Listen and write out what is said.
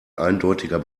eindeutiger